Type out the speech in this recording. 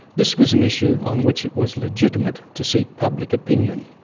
this was an issue on which it was legitimate to seek public opinion,